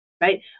right